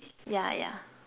yeah yeah